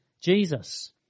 Jesus